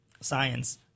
science